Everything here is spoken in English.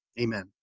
Amen